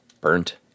Burnt